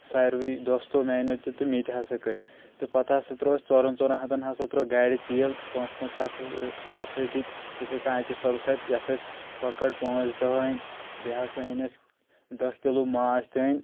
ساروٕے دوستو میٛانیٛو تہِ تہٕ مےٚ تہِ ہسا کٔڑۍ تہٕ پتہٕ ہسا ترٛوو اسہِ ژورَن ژورَن ہتَن ہسا ترٛوو گاڑِ تیٖل پانٛژھ پانٛژھ ہتھ ہسا دِتۍ یِتھٔے کٔنۍ عاقب صوبَس اَتھہِ یَتھ اسہِ کۄکَر پانٛژھ دَہ أنۍ بیٚیہِ ہسا أنۍ أسۍ دَہ کِلوٗ ماز تہِ أنۍ